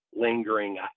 lingering